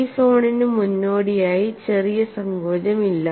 ഈ സോണിന് മുന്നോടിയായി ചെറിയ സങ്കോചമില്ല